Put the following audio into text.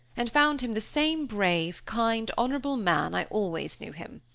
and found him the same brave, kind, honorable man i always knew him.